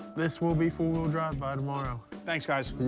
this will be four-wheel drive by tomorrow. thanks, guys.